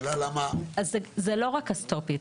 זה לא רק לעצור את זה,